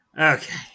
Okay